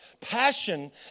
Passion